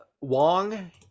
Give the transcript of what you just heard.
wong